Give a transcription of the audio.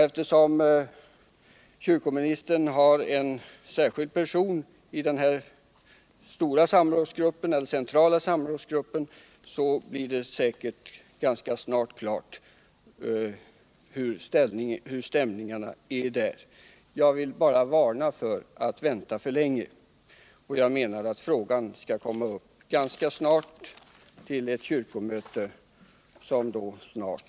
Eftersom kyrkoministern har en särskild kontaktperson i den centrala samrådsgruppen, framgår det säkert ganska snart hur stämningarna är. Jag vill bara varna för att vänta för länge. jag menar att frågan måste komma upp på ett kyrkomöte ganska snart.